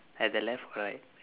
at the left or right